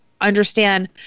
understand